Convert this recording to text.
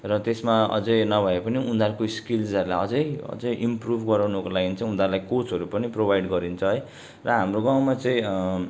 र त्यसमा अझ नभए पनि उनीहरूको स्किल्सहरूलाई अझ अझ इम्प्रुभ गराउनुको लागि चाहिँ उनीहरूलाई कोचहरू पनि प्रोभाइड गरिन्छ है र हाम्रो गाउँमा चाहिँ